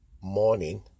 morning